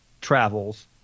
travels